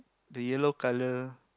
the yellow color